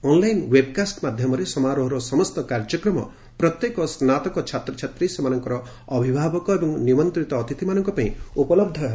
online webcast ମାଧ୍ୟମରେ ସମାରୋହର ସମସ୍ତ କାର୍ଯ୍ୟକ୍ରମ ପ୍ରତ୍ୟେକ ସ୍ନାତକ ଛାତ୍ରଛାତ୍ରୀ ସେମାନଙ୍କର ଅଭିଭାବକ ଏବଂ ନିମନ୍ତ୍ରିତ ଅତିଥିମାନଙ୍କ ପାଇଁ ଉପଲବ୍ଧ ହେବ